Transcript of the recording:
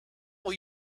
will